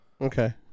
Okay